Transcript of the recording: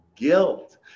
Guilt